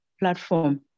platform